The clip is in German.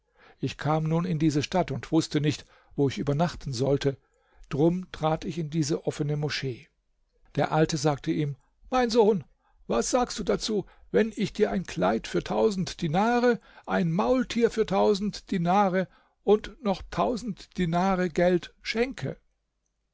ich kam nun in diese stadt und wußte nicht wo ich übernachten sollte drum trat ich in diese offene moschee der alte sagte ihm mein sohn was sagst du dazu wenn ich dir ein kleid für tausend dinare ein maultier für tausend dinare und noch tausend dinare geld schenke